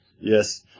Yes